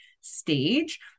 stage